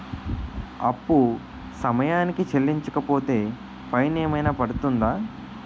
అప్పు సమయానికి చెల్లించకపోతే ఫైన్ ఏమైనా పడ్తుంద?